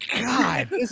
God